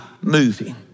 moving